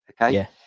okay